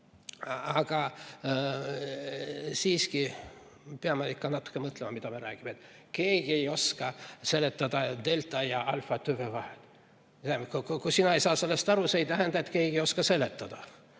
Aga siiski, me peame ikka natuke ka mõtlema, mida me räägime. Keegi ei oska seletada delta- ja alfatüve vahet. Vähemalt, kui sina ei saa sellest aru, siis see ei tähenda, et keegi ei oska seletada.